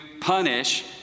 punish